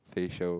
facial